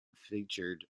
featured